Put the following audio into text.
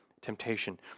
temptation